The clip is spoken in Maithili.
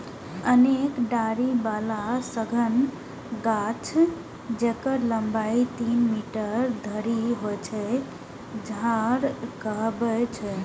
अनेक डारि बला सघन गाछ, जेकर लंबाइ तीन मीटर धरि होइ छै, झाड़ कहाबै छै